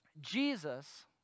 Jesus